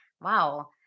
Wow